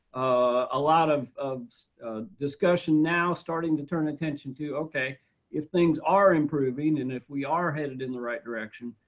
a lot of of discussion now starting to turn attention to, okay if things are improving and if we are headed in the right direction,